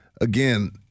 again